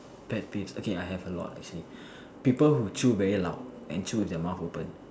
pet peeves okay I have a lot actually people who chew very loud and chew with their mouth open